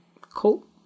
cool